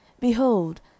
Behold